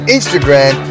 Instagram